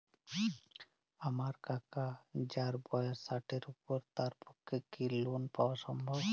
আমার কাকা যাঁর বয়স ষাটের উপর তাঁর পক্ষে কি লোন পাওয়া সম্ভব?